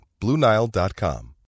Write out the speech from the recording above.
BlueNile.com